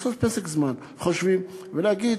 לעשות פסק זמן, חושבים, ולהגיד: